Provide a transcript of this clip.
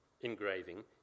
engraving